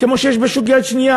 כמו בשוק של יד שנייה.